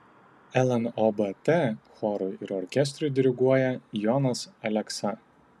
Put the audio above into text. lnobt chorui ir orkestrui diriguoja jonas aleksa